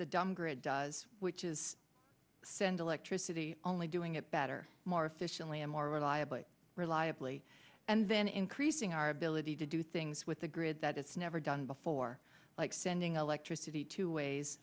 the dumb grid does which is send electricity only doing it better more efficiently m r i of reliably and then increasing our ability to do things with the grid that it's never done before like sending electricity two ways